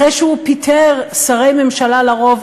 אחרי שהוא פיטר שרי ממשלה לרוב,